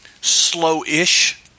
slow-ish